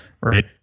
Right